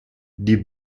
die